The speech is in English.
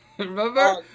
Remember